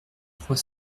trois